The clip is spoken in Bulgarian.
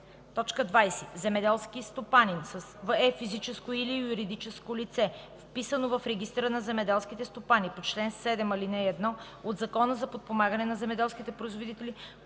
така: „20. „Земеделски стопанин” е физическо или юридическо лице, вписано в регистъра на земеделските стопани по чл. 7, ал. 1 от Закона за подпомагане на земеделските производители,